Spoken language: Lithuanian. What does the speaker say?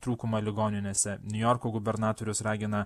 trūkumą ligoninėse niujorko gubernatorius ragina